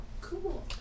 Cool